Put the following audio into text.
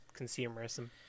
consumerism